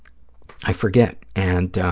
i forget, and